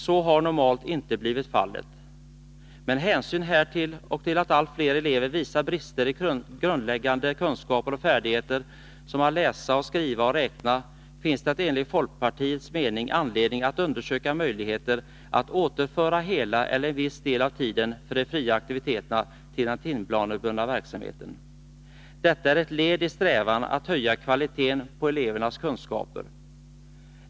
Så har normalt inte blivit fallet. Med hänsyn härtill och till att allt fler elever visar brister i grundläggande kunskaper och färdigheter som att läsa, skriva och räkna finns det enligt folkpartiets mening anledning att undersöka möjligheterna att återföra hela eller viss del av tiden för de fria aktiviteterna till den timplanebundna verksamheten. Detta är ett led i strävan att höja kvaliteten på elevernas kunskaper.